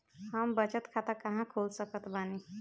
हम बचत खाता कहां खोल सकत बानी?